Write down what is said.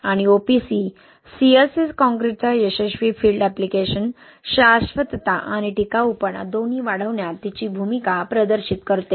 आणि OPC CSA कॉंक्रिटचा यशस्वी फील्ड एप्लिकेशन शाश्वतता आणि टिकाऊपणा दोन्ही वाढवण्यात तिची भूमिका प्रदर्शित करते